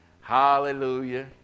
Hallelujah